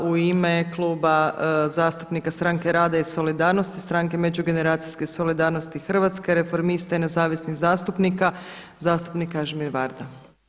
U ime Kluba zastupnika stranke rada i solidarnosti, stranke međugeneracijske solidarnosti Hrvatske, Reformista i nezavisnih zastupnika, zastupnik Kažimir Varda.